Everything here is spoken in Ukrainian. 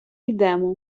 йдемо